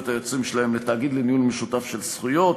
היוצרים שלהם לתאגיד לניהול משותף של זכויות